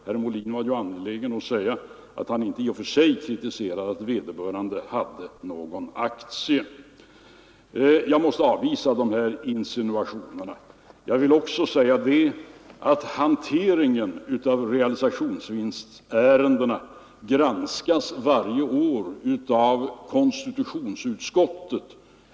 Herr Molin var ju angelägen = stemäns aktieinneatt framhålla att han inte i och för sig kritiserade att vederbörande hade — hav någon aktie. Jag måste avvisa de här insinuationerna. Jag vill också säga att hanteringen av realisationsvinstärendena granskas varje år av riksdagens konstitutionsutskott.